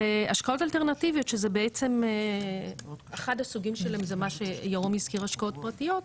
והשקעות אלטרנטיביות שזה בעצם אחד הסוגים שלהם שמה שירום השקעות פרטיות,